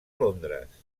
londres